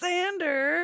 Sander